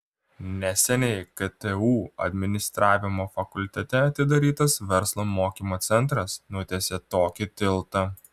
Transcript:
neseniai ktu administravimo fakultete atidarytas verslo mokymo centras nutiesė tokį tiltą